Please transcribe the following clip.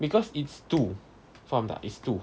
because it's two faham tak it's two